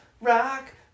rock